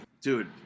Dude